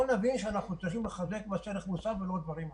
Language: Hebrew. נבין שאנחנו צריכים לחזק את מס ערך מוסף ולא דברים אחרים.